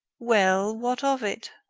well, what of it?